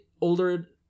older